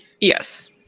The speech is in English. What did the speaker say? Yes